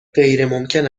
غیرممکن